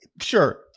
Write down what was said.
Sure